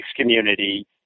community